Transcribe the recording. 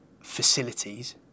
facilities